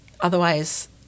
Otherwise